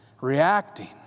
reacting